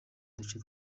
duce